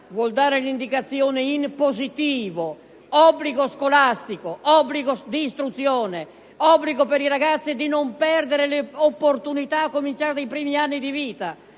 vuole dare un'indicazione positiva: obbligo scolastico, obbligo di istruzione, obbligo per i ragazzi di non perdere le opportunità, a cominciare dai primi anni di vita.